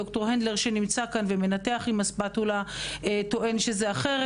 דר' הנדלר שנמצא כאן ומנתח עם הספדולה טוען שזה אחרת,